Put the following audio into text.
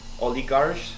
oligarchs